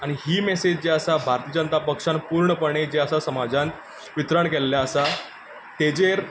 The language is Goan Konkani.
आनी ही मेसेज जी आसा भारतीय जनता पक्षान पुर्णपणी जी आसा समाजांत वित्रण केल्लें आसा तेजेर